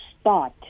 start